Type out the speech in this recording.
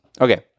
Okay